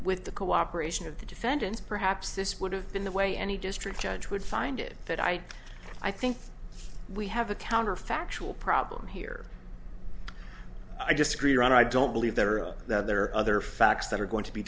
with the cooperation of the defendants perhaps this would have been the way any district judge would find it that i i think we have a counterfactual problem here i just agree or i don't believe there are that there are other facts that are going to be